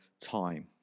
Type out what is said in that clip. time